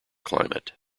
climate